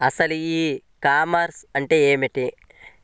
అసలు ఈ కామర్స్ అంటే ఏమిటి?